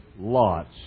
Lot's